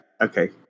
Okay